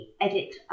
edit